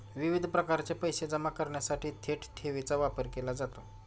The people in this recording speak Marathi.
विविध प्रकारचे पैसे जमा करण्यासाठी थेट ठेवीचा वापर केला जातो